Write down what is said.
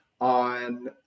on